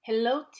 Hello